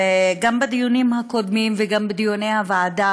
וגם בדיונים הקודמים וגם בדיוני הוועדה